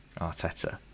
Arteta